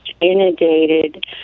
inundated